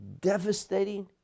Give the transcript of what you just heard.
devastating